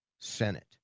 Senate